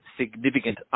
significant